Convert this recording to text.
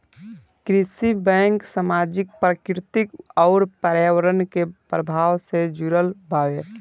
कृषि बैंक सामाजिक, प्राकृतिक अउर पर्यावरण के प्रभाव से जुड़ल बावे